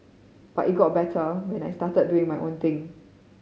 but it got better when I started doing my own thing